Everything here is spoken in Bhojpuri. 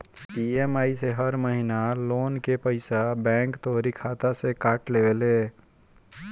इ.एम.आई से हर महिना लोन कअ पईसा बैंक तोहरी खाता से काट लेले